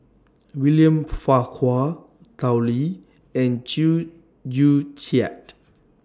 William Farquhar Tao Li and Chew Joo Chiat